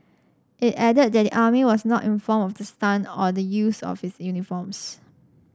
it added that the army was not informed of the stunt or the use of its uniforms